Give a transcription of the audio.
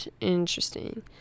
interesting